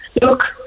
look